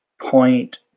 point